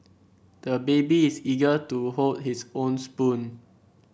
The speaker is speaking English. the baby is eager to hold his own spoon